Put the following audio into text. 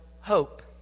hope